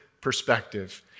perspective